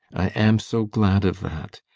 i am so glad of that.